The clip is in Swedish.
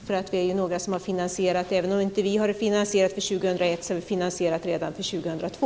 Även om vi inte har det finansierat för 2001 har vi det redan finansierat för 2002.